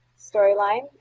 storyline